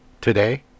today